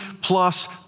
plus